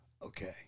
Okay